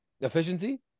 Efficiency